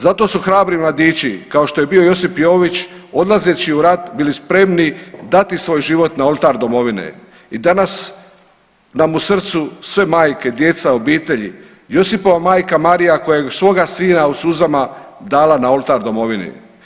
Zato su hrabri mladići kao što je bio Josip Jović odlazeći u rat bili spremni dati svoj život na oltar domovine i danas da mu srcu sve majke, djeca, obitelji, Josipova majka Marija koja je svoga sina u suzama dala na oltar domovini.